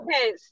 Okay